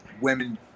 women